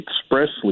expressly